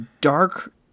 dark